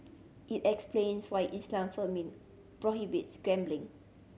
it explains why Islam prohibits gambling